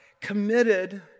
committed